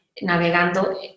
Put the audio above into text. navegando